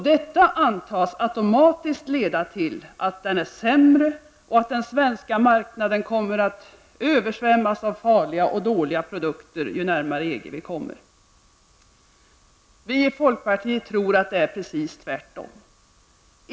Detta antas automatiskt leda till att den är sämre och att den svenska marknaden kommer att översvämmas av farliga och dåliga produkter ju närmare EG vi kommer. Vi i folkpartiet tror att det är precis tvärtom.